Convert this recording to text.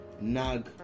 nag